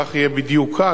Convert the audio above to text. וכך בדיוק יהיה כאן,